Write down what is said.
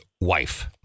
wife